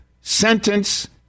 sentence